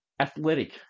athletic